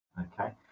Okay